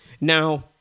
Now